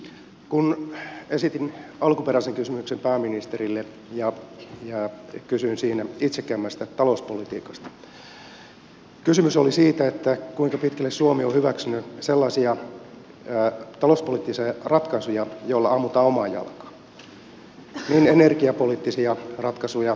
kun esitin alkuperäisen kysymyksen pääministerille ja kysyin siinä itsekkäämmästä talouspolitiikasta kysymys oli siitä kuinka pitkälle suomi on hyväksynyt sellaisia talouspoliittisia ratkaisuja joilla ammutaan omaan jalkaan